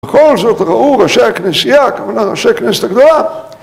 בכל זאת ראו ראשי הכנסייה, כמובן ראשי הכנסת הגדולה